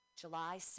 july